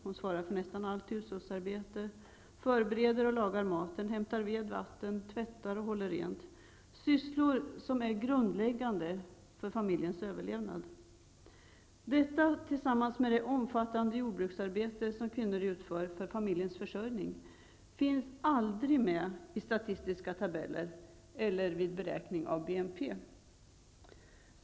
Hon svarar för nästan allt hushållsarbete, förbereder och lagar maten, hämtar ved och vatten, tvättar och håller rent -- sysslor som är grundläggande för familjens överlevnad. Detta tillsammans med det omfattande jordbruksarbete som kvinnor utför för familjens försörjning finns aldrig med i statistiska tabeller eller vid beräkning av BNP.